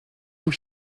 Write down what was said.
vous